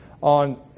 on